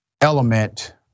element